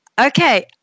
Okay